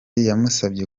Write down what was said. yamusabye